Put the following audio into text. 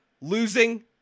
losing